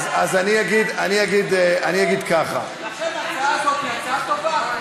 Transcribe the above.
אז אני אגיד ככה, לכן ההצעה הזאת היא הצעה טובה.